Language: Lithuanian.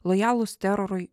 lojalūs terorui